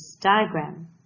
diagram